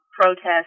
protest